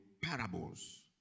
parables